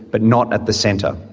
but not at the centre.